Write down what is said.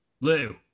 Lou